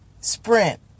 sprint